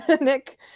nick